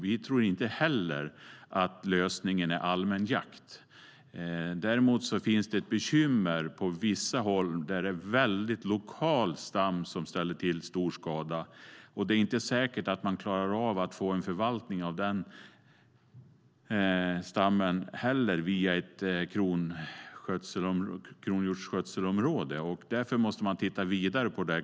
Vi tror inte heller att lösningen är allmän jakt. Däremot finns det bekymmer på vissa håll där en väldigt lokal stam ställer till stor skada. Det är inte heller säkert att man klarar av att få en förvaltning av den stammen genom ett kronhjortsskötselområde. Därför måste man titta vidare på detta.